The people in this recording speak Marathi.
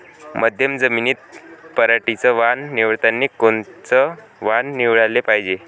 मध्यम जमीनीत पराटीचं वान निवडतानी कोनचं वान निवडाले पायजे?